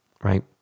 right